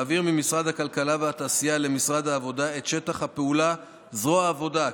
להעביר ממשרד הכלכלה והתעשייה למשרד העבודה את שטח הפעולה זרוע עבודה,